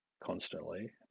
constantly